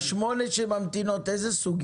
השמונה שממתינות, איזה סוגים?